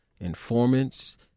informants